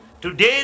Today